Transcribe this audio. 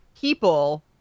people